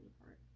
apart